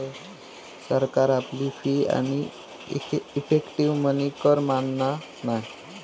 सरकार आपली फी आणि इफेक्टीव मनी कर मानना नाय